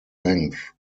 length